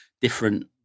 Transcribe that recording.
different